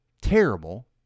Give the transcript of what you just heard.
terrible